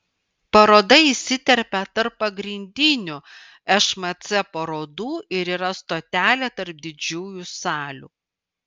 paroda įsiterpia tarp pagrindinių šmc parodų ir yra stotelė tarp didžiųjų salių